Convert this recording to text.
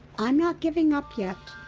i'm not giving up yet.